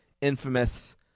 infamous